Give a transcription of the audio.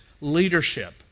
leadership